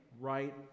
right